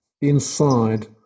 inside